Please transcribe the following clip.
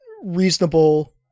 reasonable